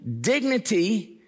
dignity